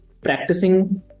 practicing